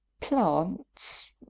Plants